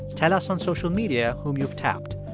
tell us on social media whom you've tapped.